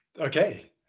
Okay